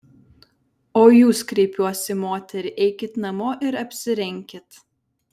o jūs kreipiuos į moterį eikit namo ir apsirenkit